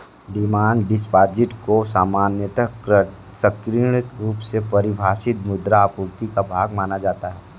demand deposit को सामान्यतः संकीर्ण रुप से परिभाषित मुद्रा आपूर्ति का भाग माना जाता है